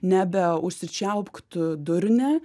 nebe užsičiaupk tu durne